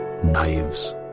Knives